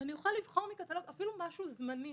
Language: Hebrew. שאני אוכל לבחור מתוך הקטלוג, אפילו משהו זמני.